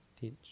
teach